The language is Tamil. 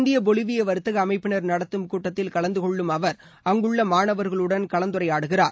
இந்திய பொலிவிய வர்த்தக அமைப்பினர் நடத்தும் கூட்டத்தில் கலந்து கொள்ளும் அவர் அங்குள்ள மாணவர்களுடன் கலந்துரையாடுகிறார்